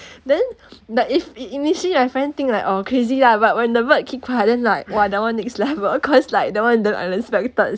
then then if initially my friend think like oh crazy lah but when the bird keep quiet then like !wah! that [one] next level cause like that [one] then unexpected